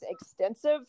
extensive